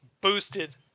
boosted